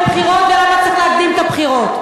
לבחירות ולמה צריך להקדים את הבחירות.